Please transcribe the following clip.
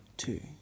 two